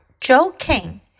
joking